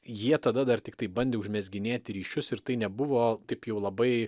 jie tada dar tiktai bandė užmezginėti ryšius ir tai nebuvo taip jau labai